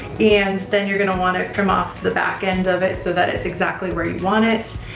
and then you're gonna wanna trim off the back end of it so that it's exactly where you want it,